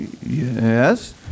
Yes